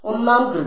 ഒന്നാം കൃതി